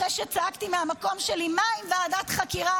אחרי שצעקתי מהמקום שלי: מה עם ועדת חקירה,